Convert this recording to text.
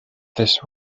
this